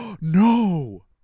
No